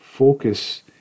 focus